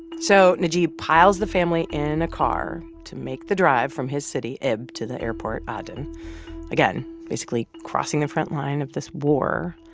so najeeb piles the family in a car to make the drive from his city, ibb, to the airport, ah aden again, basically crossing the front line of this war.